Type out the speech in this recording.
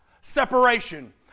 separation